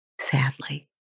sadly